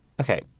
Okay